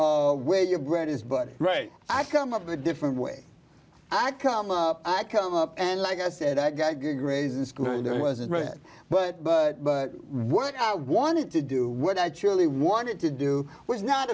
of where your ground is but right i come up with a different way i come up i come up and like i said i got good grades in school and there was a threat but but but what i wanted to do what i truly wanted to do was not